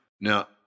Now